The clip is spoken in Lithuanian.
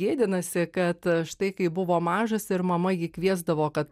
gėdinasi kad štai kai buvo mažas ir mama jį kviesdavo kad